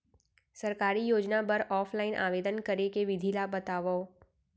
सरकारी योजना बर ऑफलाइन आवेदन करे के विधि ला बतावव